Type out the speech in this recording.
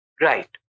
Right